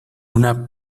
una